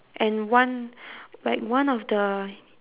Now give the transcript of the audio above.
and one like one of the